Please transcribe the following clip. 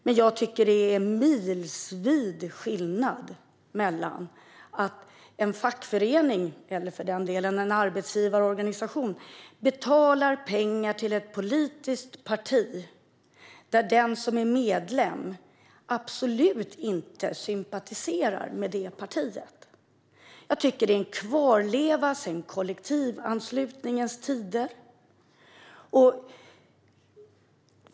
Men det är milsvid skillnad mot att en fackförening, eller för den delen en arbetsgivarorganisation, betalar pengar till ett politiskt parti som en medlem absolut inte sympatiserar med. Detta är en kvarleva sedan kollektivanslutningens tider.